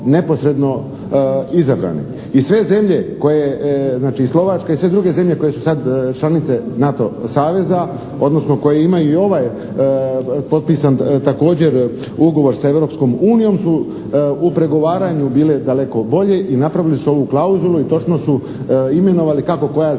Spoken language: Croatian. I sve zemlje koje, znači i Slovačka i sve druge zemlje koje su sada članice NATO saveza, odnosno koje imaju i ovaj potpisan također ugovor sa Europskom unijom su u pregovaranju bile daleko bolje i napravile su ovu klauzulu i točno su imenovali kako koja zemlja.